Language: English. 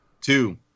Two